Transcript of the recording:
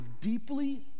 deeply